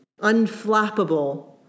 unflappable